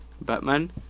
Batman